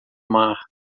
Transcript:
mar